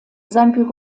sein